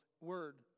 word